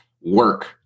work